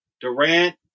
Durant